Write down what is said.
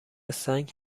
سنگ